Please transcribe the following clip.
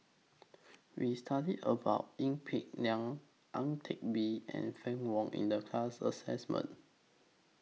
We studied about Ee Peng Liang Ang Teck Bee and Fann Wong in The class assignment